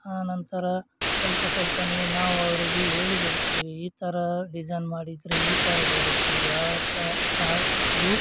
ಆ ನಂತರ ಸ್ವಲ್ಪ ಸ್ವಲ್ಪನೇ ನಾವು ಅವರಿಗೆ ಹೇಳಿಕೊಡ್ತೀವಿ ಈ ಥರ ಡಿಸೈನ್ ಮಾಡಿದರೆ ಈ ಥರ ಬರುತ್ತೆ ಯಾವ ಥರ ಹಾ ಹಾಗು